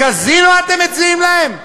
קזינו אתם מציעים להם?